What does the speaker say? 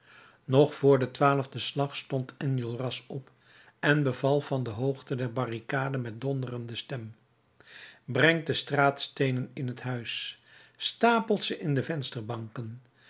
nog vr den twaalfden slag stond enjolras op en beval van de hoogte der barricade met donderende stem brengt de straatsteenen in het huis stapelt ze in de vensterbanken